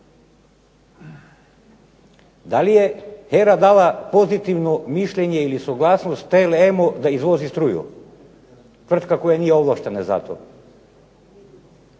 Da li je HERA dala pozitivno mišljenje ili suglasnost TLM-u da izvozi struju? Tvrtka koja nije ovlaštena za to